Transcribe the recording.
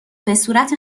بهصورت